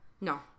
No